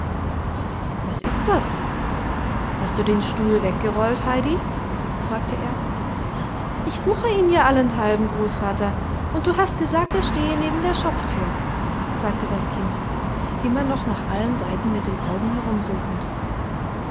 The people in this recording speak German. was ist das hast du den stuhl weggerollt heidi fragte er ich suche ihn ja allenthalben großvater und du hast gesagt er stehe neben der schopftür sagte das kind immer noch nach allen seiten mit den augen